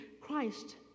Christ